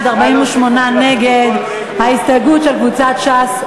נכים במסגרות חוץ,